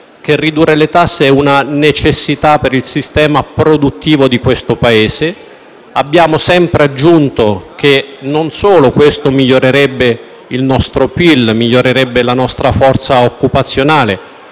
che ridurre le tasse è una necessità per il sistema produttivo di questo Paese. Abbiamo sempre aggiunto che non solo questo migliorerebbe il nostro PIL e la nostra forza occupazionale,